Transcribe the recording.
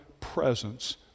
presence